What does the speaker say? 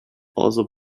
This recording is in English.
also